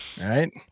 Right